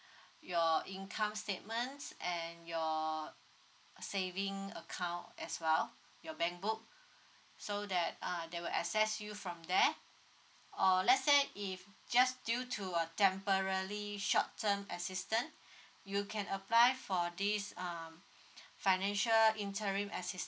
your income statements and your saving account as well your bank book so that uh they will access you from there or let say if just due to a temporally short term assistance you can apply for this um financial interim assistance